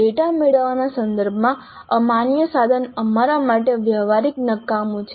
data મેળવવાના સંદર્ભમાં અમાન્ય સાધન અમારા માટે વ્યવહારીક નકામું છે